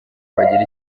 bagira